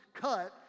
cut